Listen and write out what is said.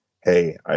hey